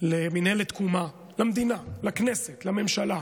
הצעתי למינהלת תקומה, למדינה, לכנסת, לממשלה,